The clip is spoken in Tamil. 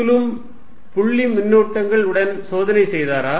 கூலூம்ப் புள்ளி மின்னூட்டங்கள் உடன் சோதனை செய்தாரா